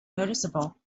noticeable